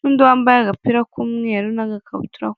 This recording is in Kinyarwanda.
n'undi wambaye agapira k'umweru n'agakabutura...